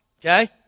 Okay